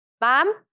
mom